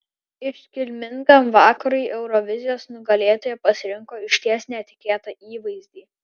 iškilmingam vakarui eurovizijos nugalėtoja pasirinko išties netikėtą įvaizdį